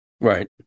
Right